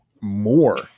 more